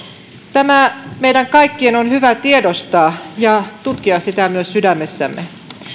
tämä meidän kaikkien on hyvä tiedostaa ja tutkia sitä myös sydämessämme